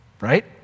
Right